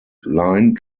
line